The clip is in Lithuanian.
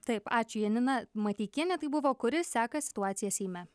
taip ačiū janina mateikienė tai buvo kuri seka situaciją seime